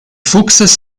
fuchses